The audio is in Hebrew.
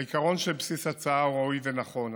העיקרון שבבסיס ההצעה הוא ראוי ונכון,